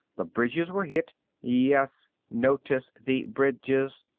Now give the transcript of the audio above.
the bridges were hit yes, notice the bridges.